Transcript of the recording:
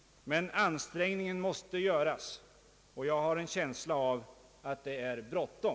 Men ansträngningen måste göras. Och jag har en känsla av att det är bråttom».